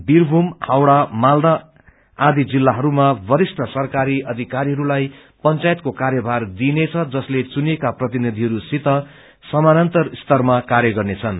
बीरभूम हावड़ा मालदा अनि जिल्लाहरूमा वरिष्ठ सरकारी अधिकारीहरूलाई पंचायतको कायभार दिइनेछ जसले चुनिएका प्रतिनिधिहरूसित समानान्तर स्तरमा काय गर्नेछन्